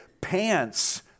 pants